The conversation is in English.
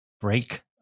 break